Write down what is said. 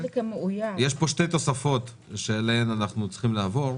יש כאן שלוש תוספות שאליהן אנחנו צריכים לעבור.